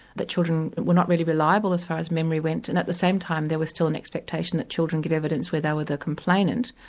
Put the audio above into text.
that children were not really reliable as far as memory went, and at the same time there was still an expectation that children give evidence where they were the complainant.